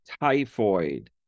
typhoid